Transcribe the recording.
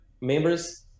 members